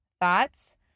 Thoughts